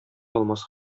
алмас